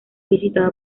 visitada